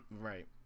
Right